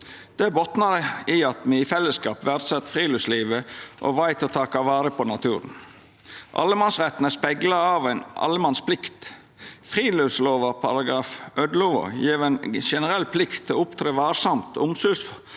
Det botnar i at me i fellesskap verdset friluftslivet og veit å taka vare på naturen. Allemannsretten er spegla av ei allemannsplikt. Friluftslova § 11 gjev ei generell plikt til å opptre varsamt og omsutsfullt